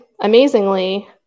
amazingly